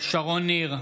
שרון ניר,